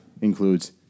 includes